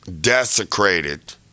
desecrated